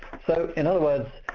so in other words,